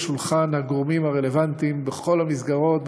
על שולחן הגורמים הרלוונטיים בכל המסגרות,